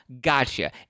Gotcha